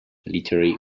literary